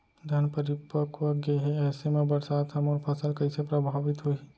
धान परिपक्व गेहे ऐसे म बरसात ह मोर फसल कइसे प्रभावित होही?